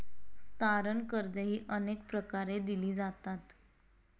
तारण कर्जेही अनेक प्रकारे दिली जातात